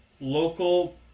local